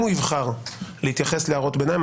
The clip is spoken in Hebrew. אם הוא יבחר להתייחס להערות ביניים,